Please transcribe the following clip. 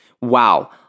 Wow